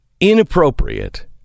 inappropriate